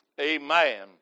Amen